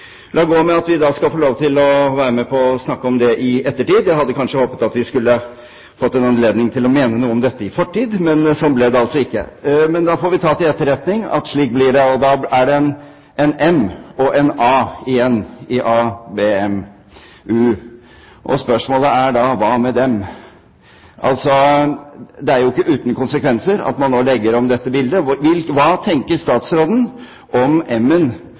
La gå med at vi da skal få lov til å være med på å snakke om det i ettertid. Jeg hadde kanskje håpet at vi skulle fått en anledning til å mene noe om dette i fortid, men sånn ble det altså ikke. Da får vi ta til etterretning at slik blir det, og da blir det en M og en A igjen i ABM-u. Spørsmålet er da: Hva med dem? Det er jo ikke uten konsekvenser at man nå legger om dette bildet. Hva tenker statsråden om